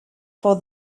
for